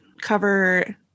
cover